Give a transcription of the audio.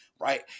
right